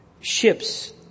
ships